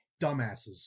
dumbasses